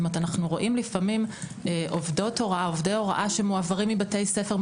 אנחנו רואים לפעמים עובדות ועובדי הוראה שמועברים מבתי הספר,